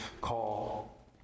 call